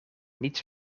niets